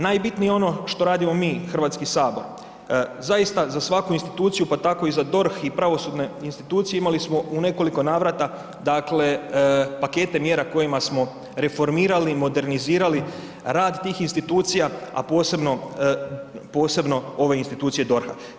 Najbitnije je ono što radimo mi HS, zaista za svaku instituciju pa tako i za DORH i za pravosudne institucije imali smo u nekoliko navrata pakete mjera kojima smo reformirali, modernizirali rad tih institucija, a posebno ove institucije DORH-a.